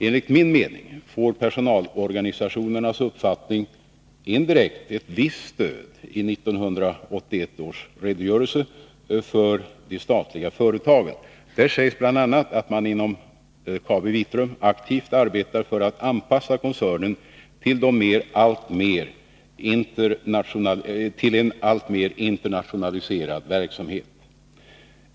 Enligt min mening får personalorganisationernas uppfattning indirekt ett visst stöd i 1981 års redogörelse för det statliga företaget. Där sägs bl.a. att man inom KabiVitrum aktivt arbetar för att anpassa koncernen till en alltmer internationaliserad verksamhet.